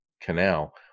canal